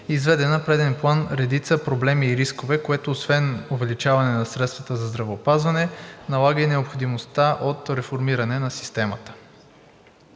изведе на преден план редица проблеми и рискове, което освен увеличаване на средствата за здравеопазване налага и необходимостта от реформиране на системата.